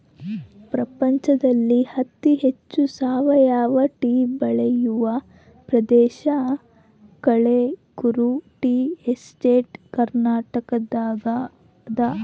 ಪ್ರಪಂಚದಲ್ಲಿ ಅತಿ ಹೆಚ್ಚು ಸಾವಯವ ಟೀ ಬೆಳೆಯುವ ಪ್ರದೇಶ ಕಳೆಗುರು ಟೀ ಎಸ್ಟೇಟ್ ಕರ್ನಾಟಕದಾಗದ